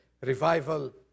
revival